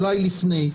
ואולי לפני,